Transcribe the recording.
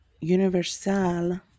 Universal